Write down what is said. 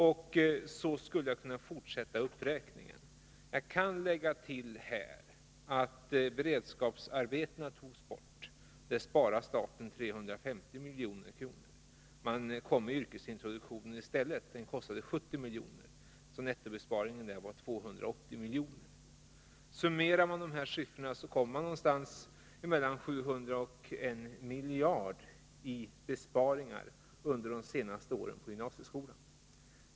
Jag skulle kunna fortsätta uppräkningen, men jag skall bara tillägga att beredskapsarbetena har tagits bort. Där sparade staten 350 miljoner. I stället infördes yrkesintroduktionen, som kostar 70 miljoner. Nettobesparingen är 280 miljoner. Summerar man de siffrorna hamnar man någonstans mellan 700 miljoner och 1 miljard i besparingar på gymnasieskolan under de senaste åren.